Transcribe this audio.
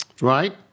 Right